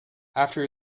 after